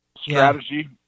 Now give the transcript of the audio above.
Strategy